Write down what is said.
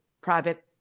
private